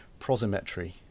Prosimetry